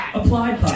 applied